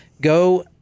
go